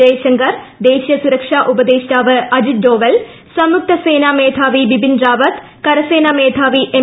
ജയശങ്കർ ദേശീയ സുരക്ഷാ ഉപദേഷ്ടാവ് അജിത് ഡോവൽ സംയുക്തസേനാ മേധാവി ബിപിൻ റാവത്ത് കരസേനാ മേധാവി എം